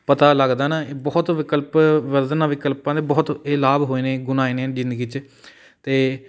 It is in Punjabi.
ਪਤਾ ਲੱਗਦਾ ਨਾ ਬਹੁਤ ਵਿਕਲਪ ਵਿਕਲਪਾਂ ਦੇ ਬਹੁਤ ਇਹ ਲਾਭ ਹੋਏ ਨੇ ਗੁਣ ਆਏ ਨੇ ਜ਼ਿੰਦਗੀ 'ਚ ਅਤੇ